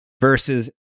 versus